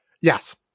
Yes